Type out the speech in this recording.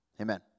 amen